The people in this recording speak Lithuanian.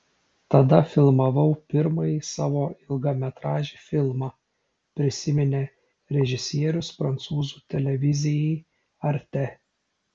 tada filmavau pirmąjį savo ilgametražį filmą prisiminė režisierius prancūzų televizijai arte